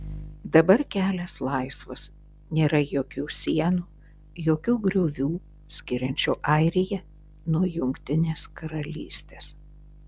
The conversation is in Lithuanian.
dabar kelias laisvas nėra jokių sienų jokių griovių skiriančių airiją nuo jungtinės karalystės